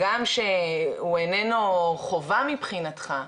הגם שהוא איננו חובה מבחינתך,